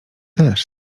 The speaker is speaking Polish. też